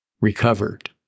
Recovered